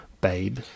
babe